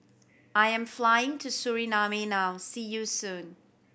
I am flying to Suriname now See you soon